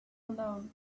alone